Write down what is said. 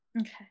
Okay